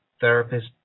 Therapist